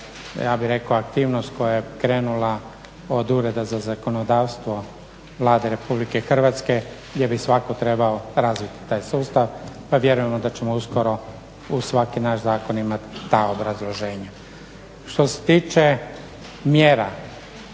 ja bih rekao aktivnost koja je krenula od Ureda za zakonodavstvo Vlade RH gdje bi svatko trebao razviti taj sustav pa vjerujemo da ćemo uskoro uz svaki naš zakon imati ta obrazloženja. Što se tiče mjera,